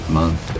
month